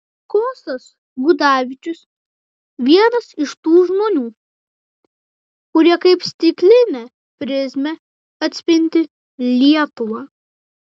kostas gudavičius vienas iš tų žmonių kurie kaip stiklinė prizmė atspindi lietuvą